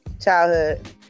Childhood